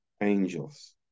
angels